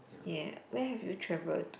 ya where have you travelled to